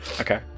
okay